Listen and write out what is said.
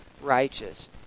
righteous